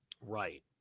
Right